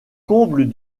comble